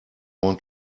want